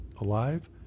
alive